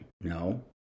No